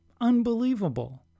Unbelievable